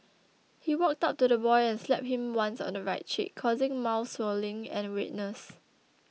he walked up to the boy and slapped him once on the right cheek causing mild swelling and redness